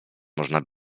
można